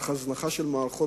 אך הזנחה מתמשכת של מערכות.